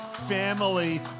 family